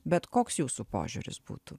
bet koks jūsų požiūris būtų